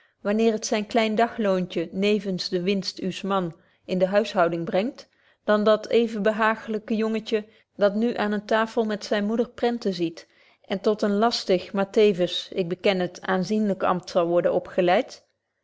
wanneer het zyn klein dagloontje nevens de winst uws mans in de huishouding brengt dan dat even behaaglyk jongetje dat nu aan een tafel met zyne moeder printen ziet en tot een lastig maar teffens ik beken het aanzienlyk ampt zal worden opgeleid